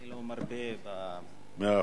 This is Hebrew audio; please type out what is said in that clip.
אני לא מרבה במלים.